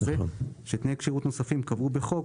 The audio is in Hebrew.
שתנאי כשירות נוספים יקבעו בחוק,